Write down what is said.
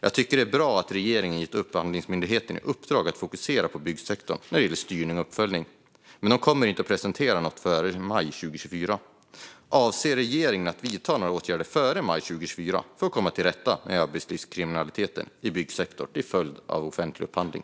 Jag tycker att det är bra att regeringen har gett Upphandlingsmyndigheten i uppdrag att fokusera på byggsektorn när det gäller styrning och uppföljning, men de kommer inte att presentera något förrän i maj 2024. Avser regeringen att före maj 2024 vidta några åtgärder för att komma till rätta med arbetslivskriminaliteten i byggsektorn till följd av offentlig upphandling?